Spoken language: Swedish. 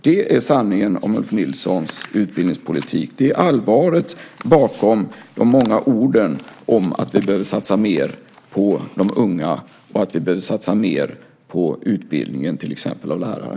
Det är sanningen om Ulf Nilssons utbildningspolitik. Det är allvaret bakom de många orden om att vi behöver satsa mer på de unga och på utbildningen av till exempel lärare.